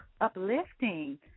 uplifting